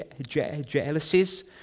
jealousies